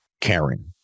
caring